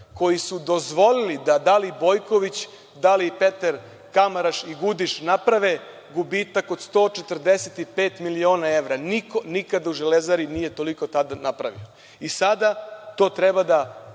koji su dozvolili da da li Bojković, da li Peter Kamaraš i Gudiš naprave gubitak od 145 miliona evra? Niko nikada u „Železari“ nije toliko to napravio. Sada to treba da